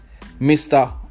Mr